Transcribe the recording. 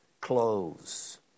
clothes